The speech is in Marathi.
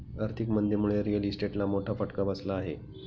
आर्थिक मंदीमुळे रिअल इस्टेटला मोठा फटका बसला आहे